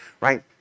right